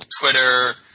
Twitter